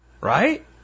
Right